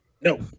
No